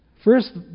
First